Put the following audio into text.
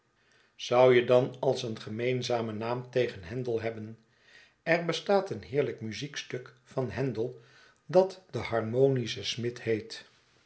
zou je dan als een gemeenzamen naam tegen handel hebben er bestaat een heerlyk muziekstuk van handel dat de harmonische smid heet